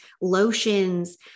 lotions